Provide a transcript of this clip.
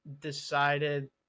decided